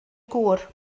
gŵr